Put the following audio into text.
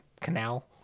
canal